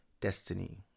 destiny